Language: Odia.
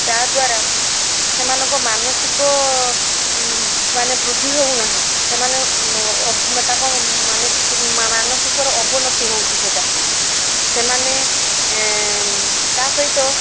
ତାଦ୍ଵାରା ସେମାନଙ୍କ ମାନସିକ ମାନେ ବୃଦ୍ଧି ହଉନାହିଁ ସେମାନେ ତାଙ୍କ ମାନସିକର ଅବନ୍ନତି ହଉଛି ସେଇଟା ସେମାନେ ତା ସହିତ